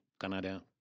Canada